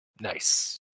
Nice